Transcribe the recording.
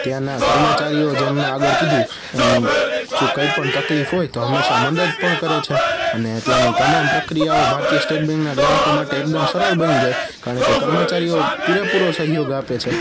ત્યાંના કર્મચારીઓ જેમ મેં આગળ કીધું એમ જો કંઈપણ તકલીફ હોય તો હંમેશા મદદ પણ કરે છે અને ત્યાંની તમામ પ્રક્રિયાઓ ભારતીય સ્ટેટ બૅન્કના ગ્રાહકો માટે એકદમ સરળ બની જાય કારણકે કર્મચારીઓ પૂરેપૂરો સહયોગ આપે છે